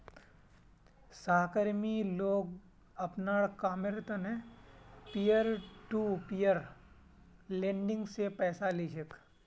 सहकर्मी लोग अपनार कामेर त न पीयर टू पीयर लेंडिंग स पैसा ली छेक